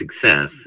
success